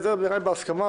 זה היה בסכמה.